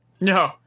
No